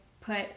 put